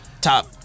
top